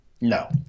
No